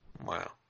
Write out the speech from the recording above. Wow